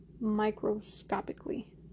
microscopically